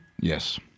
Yes